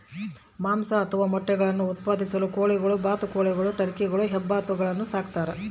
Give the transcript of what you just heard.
ಮಾಂಸ ಅಥವಾ ಮೊಟ್ಟೆಗುಳ್ನ ಉತ್ಪಾದಿಸಲು ಕೋಳಿಗಳು ಬಾತುಕೋಳಿಗಳು ಟರ್ಕಿಗಳು ಹೆಬ್ಬಾತುಗಳನ್ನು ಸಾಕ್ತಾರ